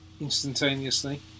instantaneously